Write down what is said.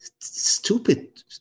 stupid